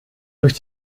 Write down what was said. durch